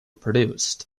produced